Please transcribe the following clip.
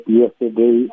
yesterday